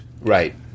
Right